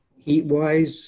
he wise